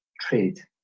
trade